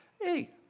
Hey